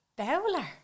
Bowler